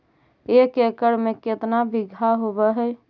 एक एकड़ में केतना बिघा होब हइ?